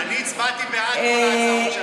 אני הצבעתי בעד כל ההצעות שהיו כאן.